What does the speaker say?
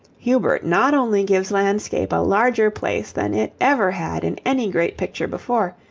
hubert not only gives landscape a larger place than it ever had in any great picture before,